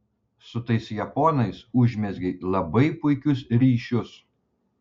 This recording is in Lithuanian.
su tais japonais užmezgei labai puikius ryšius